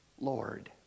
Lord